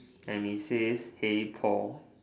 and he says hey Paul